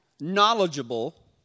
knowledgeable